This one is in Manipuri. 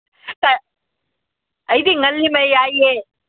ꯑꯩꯗꯤ ꯉꯜꯂꯤꯃꯩ ꯌꯥꯏꯌꯦ